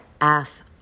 ass